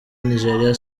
nigeria